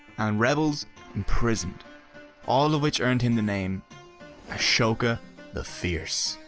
and rebels imprisoned all of which earned him the name ashoka the fierce.